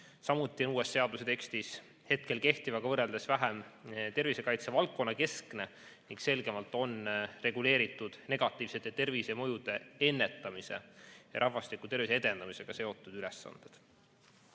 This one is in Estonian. Samuti on uue seaduse tekst hetkel kehtivaga võrreldes vähem tervisekaitse valdkonna keskne ning selgemalt on reguleeritud negatiivsete tervisemõjude ennetamise ja rahvastiku tervise edendamisega seotud ülesanded.